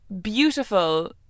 beautiful